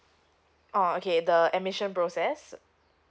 uh okay the admission process